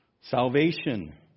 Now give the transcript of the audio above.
Salvation